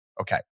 Okay